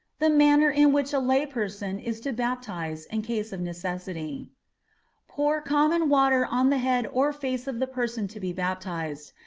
the manner in which a lay person is to baptize in case of necessity pour common water on the head or face of the person to be baptized,